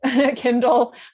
Kindle